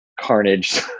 carnage